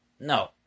No